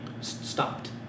stopped